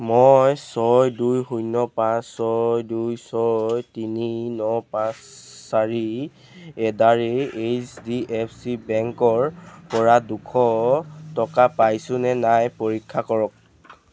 মই ছয় দুই শূন্য পাঁচ ছয় দুই ছয় তিনি ন পাঁচ চাৰি at the rate H D F C বেংকৰপৰা দুশ টকা পাইছোনে নাই পৰীক্ষা কৰক